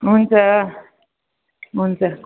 हुन्छ हुन्छ